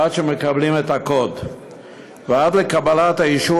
עד שמקבלים את הקוד ועד לקבלת האישור